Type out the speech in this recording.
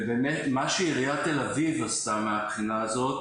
ובאמת מה שעירית תל אביב עשתה מהבחינה הזאת,